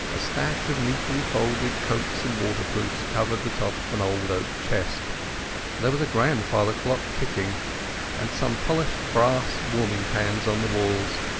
a stack of neatly folded coats and waterproofs covered the top of an old oak chest there was a grandfather clock ticking and some polished brass warming-pans on the walls,